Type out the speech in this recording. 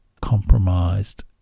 compromised